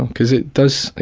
um cause it does.